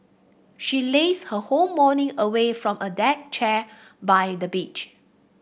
she lazed her whole morning away from a deck chair by the beach